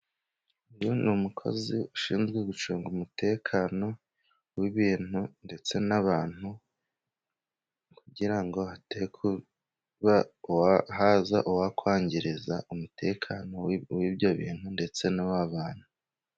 Uyu ni umukozi ushinzwe gucunga umutekano w'ibintu ndetse n'abantu. Kugira ngo hatagira uwahaza akangiza umutekano w'ibyo bintu ndetse na bantu.